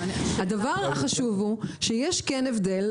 הדבר החשוב הוא שיש כן הבדל,